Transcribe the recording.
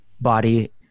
body